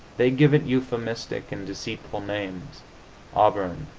they give it euphemistic and deceitful names auburn,